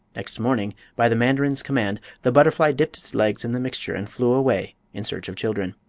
next morning, by the mandarin's command, the butterfly dipped its legs in the mixture and flew away in search of children.